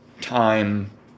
time